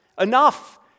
Enough